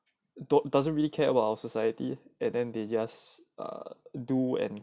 don't doesn't really care about our society and then they just do and